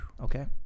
okay